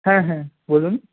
হ্যাঁ হ্যাঁ বলুন